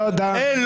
אין.